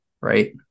right